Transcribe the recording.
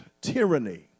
tyranny